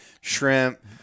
shrimp